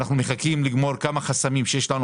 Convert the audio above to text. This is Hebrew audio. אנחנו מחכים להסיר עוד כמה חסמים שיש לנו